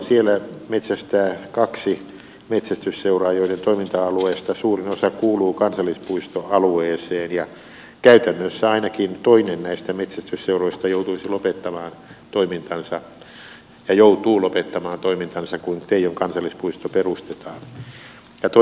siellä metsästää kaksi metsästysseuraa joiden toiminta alueesta suurin osa kuuluu kansallispuistoalueeseen ja käytännössä ainakin toinen näistä metsästysseuroista joutuu lopettamaan toimintansa kun teijon kansallispuisto perustetaan